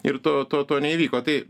ir to to to neįvyko tai